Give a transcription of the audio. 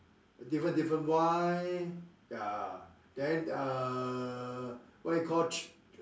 different different wine ya then err what you call